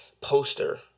poster